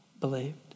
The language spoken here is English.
believed